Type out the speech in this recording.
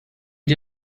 die